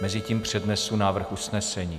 Mezitím přednesu návrh usnesení: